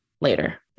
later